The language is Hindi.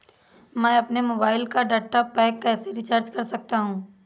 मैं अपने मोबाइल का डाटा पैक कैसे रीचार्ज कर सकता हूँ?